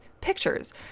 pictures